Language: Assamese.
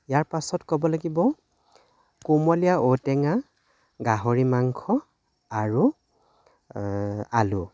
ইয়াৰ পাছত ক'ব লাগিব কুমলীয়া ঔটেঙা গাহৰি মাংস আৰু আলু